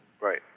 Right